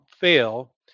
fail